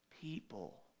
People